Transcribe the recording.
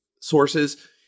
sources